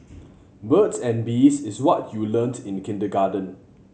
birds and bees is what you learnt in kindergarten